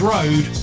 Road